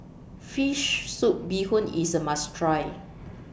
Fish Soup Bee Hoon IS A must Try